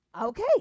okay